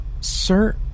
Sir